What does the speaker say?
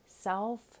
self